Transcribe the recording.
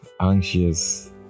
anxious